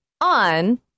on